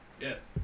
Yes